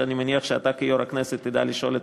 שאני מניח שאתה כיו"ר הכנסת תדע לשאול את